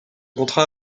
contrat